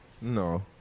No